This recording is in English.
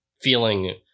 feeling